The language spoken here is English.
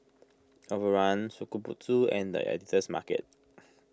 Overrun Shokubutsu and the Editor's Market